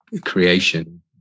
creation